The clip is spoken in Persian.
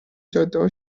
جادهها